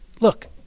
look